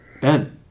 ben